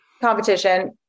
competition